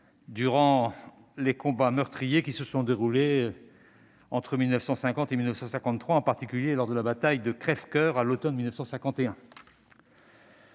durant les combats meurtriers qui se sont déroulés entre 1950 et 1953, en particulier lors de la bataille de Crèvecoeur à l'automne 1951.